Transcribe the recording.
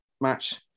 match